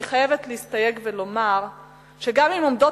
אני חייבת להסתייג ולומר שגם אם עומדות